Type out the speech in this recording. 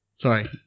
Sorry